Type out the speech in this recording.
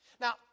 Now